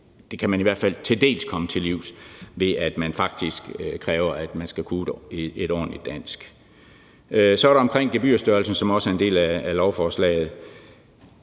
det kan man i hvert fald til dels komme til livs, ved at man faktisk kræver, at man skal kunne et ordentligt dansk. Så er der noget om gebyrstørrelsen, som også er en del af lovforslaget.